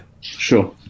Sure